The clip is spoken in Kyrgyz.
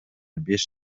беш